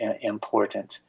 important